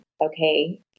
okay